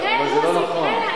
אבל זה לא נכון,